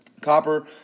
Copper